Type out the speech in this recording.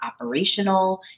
operational